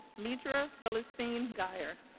mitra celestine geier